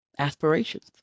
aspirations